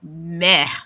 meh